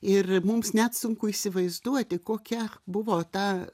ir mums net sunku įsivaizduoti kokia buvo ta